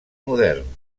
modern